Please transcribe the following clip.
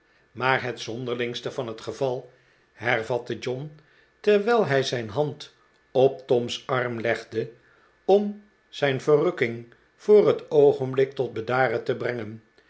maar het zonderlingste van het geval hervatte john terwijl hij zijn hand op tom's arm legde om zijn verrukking voor het oogenblik tot bedaren te brengen